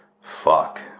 fuck